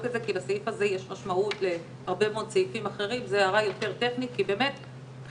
לנו למעשה זה סך מסגרת ההוצאה וככל שאנחנו בדקנו אז באמת גם